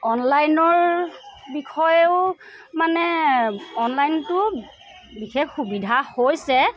অনলাইনৰ বিষয়েও মানে অনলাইনটো বিশেষ সুবিধা হৈছে